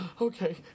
okay